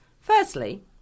Firstly